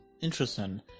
Interesting